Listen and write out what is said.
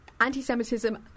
anti-Semitism